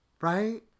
Right